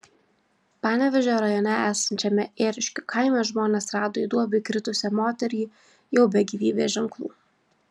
panevėžio rajone esančiame ėriškių kaime žmonės rado į duobę įkritusią moterį jau be gyvybės ženklų